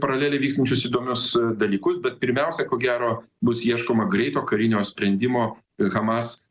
paraleliai vykstančius įdomius dalykus bet pirmiausia ko gero bus ieškoma greito karinio sprendimo hamas